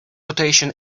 rotation